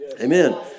Amen